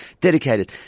dedicated